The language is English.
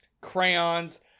crayons